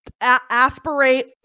aspirate